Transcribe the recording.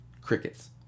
Crickets